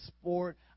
sport